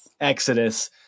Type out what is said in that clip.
Exodus